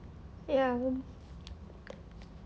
ya